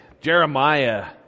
Jeremiah